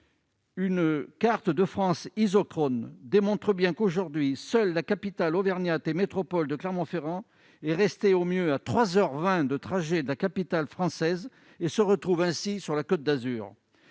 Une carte de France ils au trône démontre bien qu'aujourd'hui, seule la capitale auvergnate et métropoles de Clermont-Ferrand est resté au mieux à 3 heures 20 de trajet de la capitale française et se retrouve ainsi sur la Côte-d Azur,